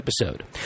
episode